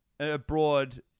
Abroad